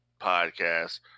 podcast